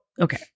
okay